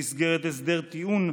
במסגרת הסדר טיעון,